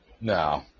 No